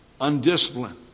Undisciplined